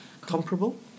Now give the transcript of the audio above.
Comparable